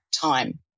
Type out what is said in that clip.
time